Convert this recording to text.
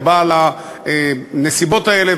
או בעל הנסיבות האלה,